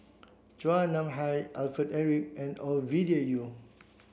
Chua Nam Hai Alfred Eric and Ovidia Yu